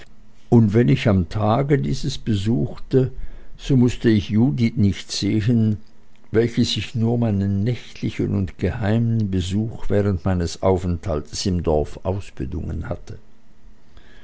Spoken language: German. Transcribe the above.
und wenn ich am tage dieses besuchte so mußte ich judith nicht sehen welche sich nur meinen nächtlichen und geheimen besuch während eines aufenthaltes im dorfe ausbedungen hatte